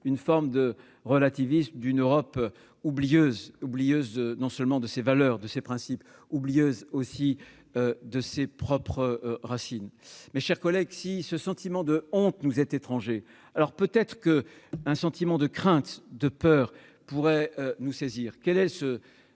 une forme de relativisme de la part d'une Europe oublieuse de ses valeurs, de ses principes, oublieuse aussi de ses propres racines. Mes chers collègues, si ce sentiment de honte nous est étranger, alors peut-être qu'un sentiment de crainte, de peur, pourrait nous saisir. Quel est-il,